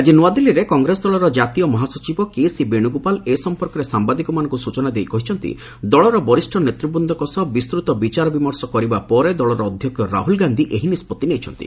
ଆଜି ନ୍ତଆଦିଲ୍ଲୀରେ କଂଗ୍ରେସ ଦଳର ଜାତୀୟ ମହାସଚିବ କେସି ବେଣୁଗୋପାଲ ଏ ସମ୍ପର୍କରେ ସାମ୍ବାଦିକମାନଙ୍କୁ ସୂଚନା ଦେଇ କହିଛନ୍ତି ଦଳର ବରିଷ୍ଣ ନେତୂବୃନ୍ଦଙ୍କ ସହ ବିସ୍ତୃତ ବିଚାରବିମର୍ଶ କରିବା ପରେ ଦଳର ଅଧକ୍ଷ ରାହୁଲ ଗାନ୍ଧୀ ଏହି ନିଷ୍ପଭି ନେଇଛନ୍ତି